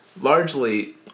Largely